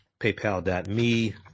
paypal.me